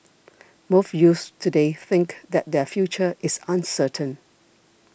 most youths today think that their future is uncertain